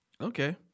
Okay